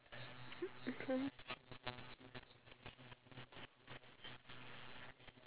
every individual is with their phones then I don't think so that's a good idea because